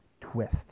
twist